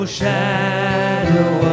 shadow